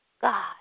God